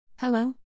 Hello